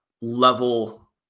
level